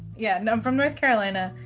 yeah and m from north carolina.